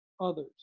others